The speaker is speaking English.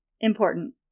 important